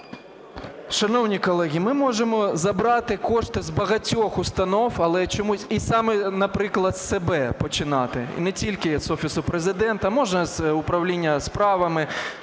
Шановні колеги, ми можемо забрати кошти з багатьох установ, але чомусь… І саме, наприклад, з себе починати, не тільки з Офісу Президента, можна з Управління справами,